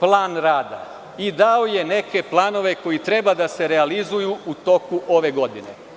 plan rada i dao je neke planove koji treba da se realizuju u toku ove godine.